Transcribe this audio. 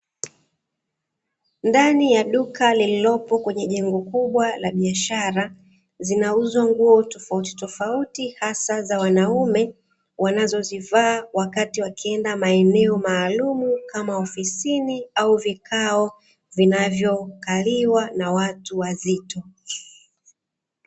Ndani ya duka lililopo kwenye jengo kubwa la biashara, zinauzwa nguo tofautitofauti hasa za wanaume, wanazozivaa wakati wakienda maeneo maalumu, kama ofisini au vikao vinavyokaliwa na watu wazito.